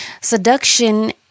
Seduction